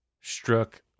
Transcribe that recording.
struck